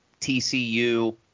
TCU